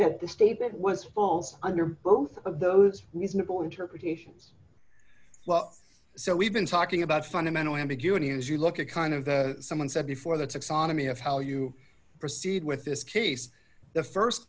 that the statement was false under both of those reasonable interpretations well so we've been talking about fundamental ambiguity as you look at kind of the someone said before the taxonomy of how you proceed with this case the